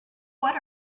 what